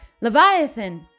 Leviathan